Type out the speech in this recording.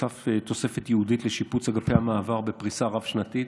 תוסף תוספת ייעודית לשיפוץ אגפי המעבר בפריסה רב-שנתית,